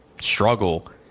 struggle